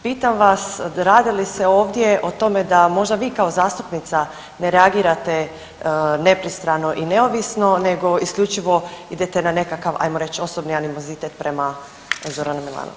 Pitam vas radi li se ovdje o tome da možda vi kao zastupnica ne reagirate nepristrano i neovisno nego isključivo idete na nekakav ajmo reći osobni animozitet prema Zoranu Milanoviću.